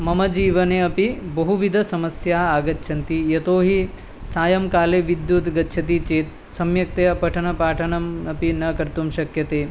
मम जीवने अपि बहुविध समस्याः आगच्छन्ति यतोऽहि सायङ्काले विद्युत् गच्छति चेत् सम्यक्तया पठनपाठनम् अपि न कर्तुं शक्यते